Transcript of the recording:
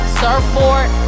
surfboard